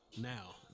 Now